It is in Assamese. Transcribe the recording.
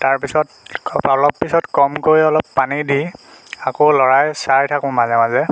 তাৰপিছত অলপ পিছত কমকৈ অলপ পানী দি আকৌ লৰাই চাই থাকোঁ মাজে মাজে